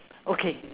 okay